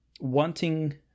wanting